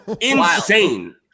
insane